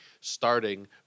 starting